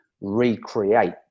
recreate